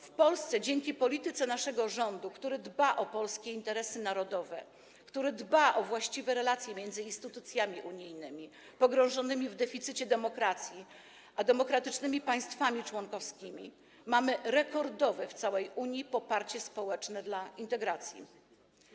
W Polsce dzięki polityce naszego rządu, który dba o polskie interesy narodowe, który dba o właściwe relacje między instytucjami unijnymi pogrążonymi w deficycie demokracji a demokratycznymi państwami członkowskimi, mamy rekordowe w całej Unii poparcie społeczne dla integracji.